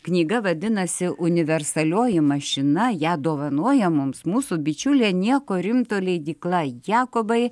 knyga vadinasi universalioji mašina ją dovanoja mums mūsų bičiulė nieko rimto leidykla jakobai